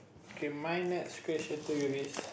okay my next question to you is